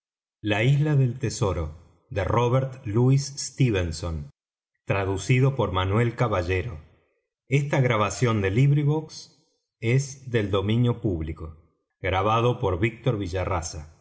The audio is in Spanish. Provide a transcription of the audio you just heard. del tesoro author robert louis stevenson translator manuel caballero